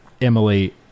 Emily